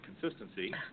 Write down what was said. consistency